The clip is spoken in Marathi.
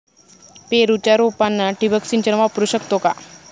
पेरूच्या रोपांना ठिबक सिंचन वापरू शकतो का?